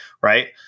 right